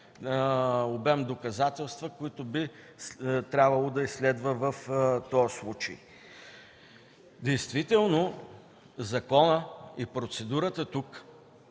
обем доказателства, които би трябвало да изследва в този случай. Действително законът и процедурата тук